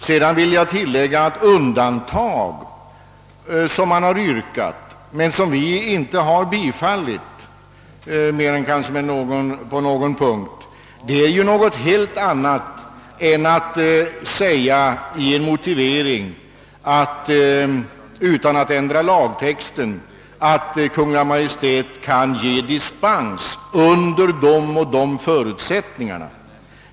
Jag vill tillägga att de undantag som man har yrkat på men som vi inte har bifallit utom kanske på några punkter ju är något helt annat än att i en motivering utan att ändra lagtexten säga att Kungl. Maj:t kan ge dispens under de och de förutsättningarna.